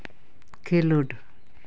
ᱠᱷᱮᱞᱳᱰ